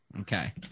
okay